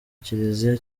kiliziya